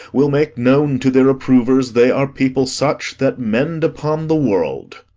will make known to their approvers they are people such that mend upon the world.